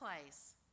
place